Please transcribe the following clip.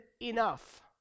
enough